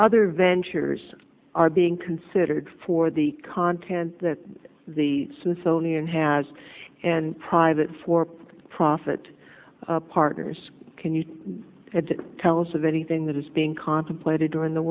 other ventures are being considered for the content that the smithsonian has in private for profit partners can you tell us of anything that is being contemplated do in the